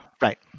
Right